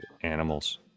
animals